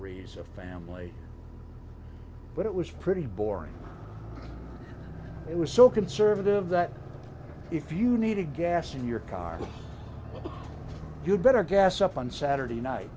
raise a family but it was pretty boring it was so conservative that if you needed gas in your car you better gas up on saturday night